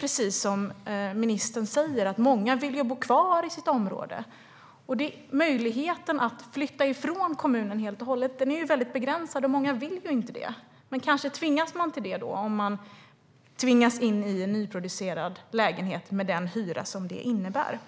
Precis som ministern säger vill många bo kvar i sitt område. Möjligheten att flytta från kommunen helt och hållet är begränsad, och många vill inte det, men kanske tvingas man till det om man måste flytta in i en nyproducerad lägenhet med den hyra som det innebär.